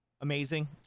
amazing